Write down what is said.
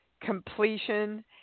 completion